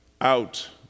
out